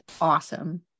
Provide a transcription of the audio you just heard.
awesome